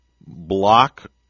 block